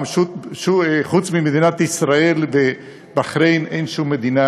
חוץ ממדינת ישראל ובחריין אין שום מדינה